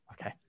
Okay